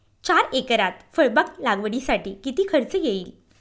चार एकरात फळबाग लागवडीसाठी किती खर्च येईल?